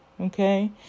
Okay